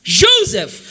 joseph